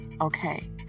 okay